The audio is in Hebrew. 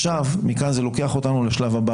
מכאן זה לוקח אותנו לשלב הבא.